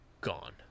gone